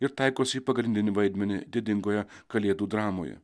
ir taikosi į pagrindinį vaidmenį didingoje kalėdų dramoje